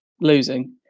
losing